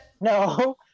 No